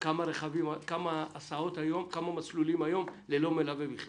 כמה מסלולים היום ללא מלווה בכלל?